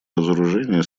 разоружения